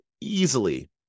easily